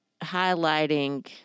highlighting